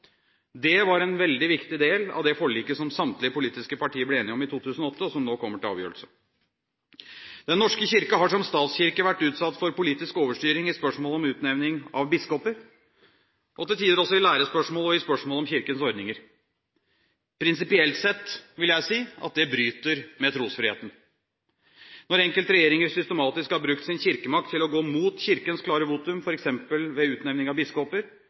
Det var en veldig viktig del av det forliket som samtlige politiske partier ble enige om i 2008, og som nå kommer til avgjørelse. Den norske kirke har som statskirke vært utsatt for politisk overstyring i spørsmål om utnevning av biskoper, og til tider også i lærespørsmål og i spørsmålet om Kirkens ordninger. Prinsipielt sett vil jeg si at det bryter med trosfriheten. Når enkelte regjeringer systematisk har brukt sin kirkemakt til å gå mot Kirkens klare votum, f.eks. ved utnevning av biskoper,